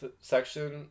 section